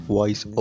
Voice